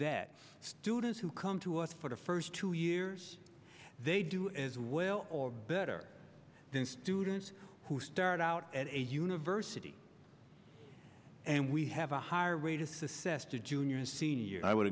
that students who come to us for the first two years they do as well or better than students who start out at a university and we have a higher rate assessed to junior and senior year i would